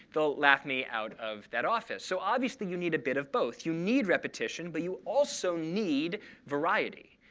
they'll laugh me out of that office. so obviously, you need a bit of both. you need repetition, but you also need variety.